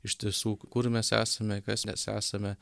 iš tiesų kur mes esame kas mes esame